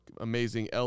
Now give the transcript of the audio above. amazing